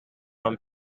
and